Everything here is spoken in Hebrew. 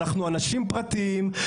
אנחנו אנשים פרטיים,